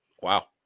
Wow